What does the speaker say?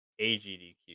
agdq